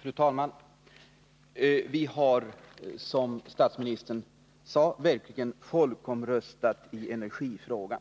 Fru talman! Vi har, som statsministern berörde folkomröstat i energifrågan.